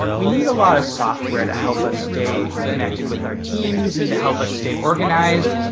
we need a lot of software to help us stay connected with our teams and to help us stay organized.